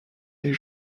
est